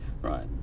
right